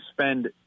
spend